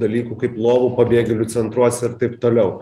dalykų kaip lovų pabėgėlių centruose ir taip toliau